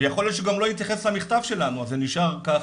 יכול להיות שהוא גם לא התייחס למכתב שלנו אז זה נשאר ככה.